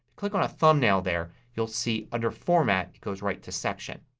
click on a thumbnail there you'll see, under format, it goes right to section.